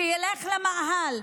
שילך למאהל,